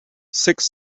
six